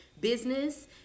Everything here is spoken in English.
business